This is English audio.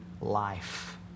life